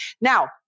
Now